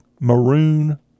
maroon